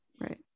Right